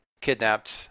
kidnapped